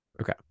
Okay